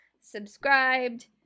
subscribed